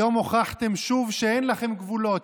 היום הוכחתם שוב שאין לכם גבולות.